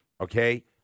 Okay